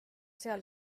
seal